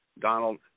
Donald